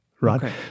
Right